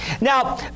Now